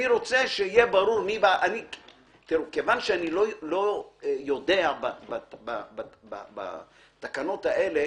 כיוון שאיני יודע בתקנות האלה